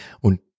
Und